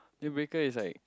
deal breaker is like